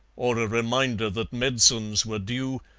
or a reminder that medicines were due,